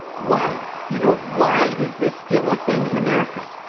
why? you know, why is this still a thing in america?